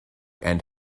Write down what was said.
and